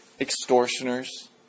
extortioners